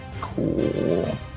Cool